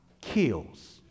kills